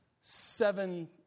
seven